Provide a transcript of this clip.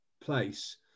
place